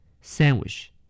Sandwich